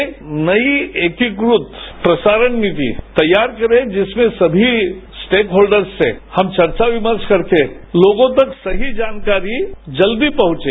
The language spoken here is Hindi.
एक नई एकीकृत प्रसारण नीति तैयार करे जिसमें सभी स्टेक हॉल्डर्स से हम चर्चा विमर्श करके लोगों तक सही जानकारी जल्दी पहुंचे